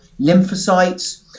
lymphocytes